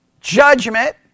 judgment